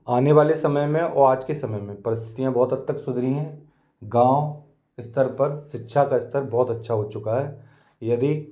आने वाले समय में और आज के समय में परिस्थितियाँ बहुत हद तक सुधरी हैं गाँव स्तर पर शिक्षा का स्तर बहुत अच्छा हो चुका है यदि